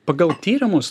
pagal tyrimus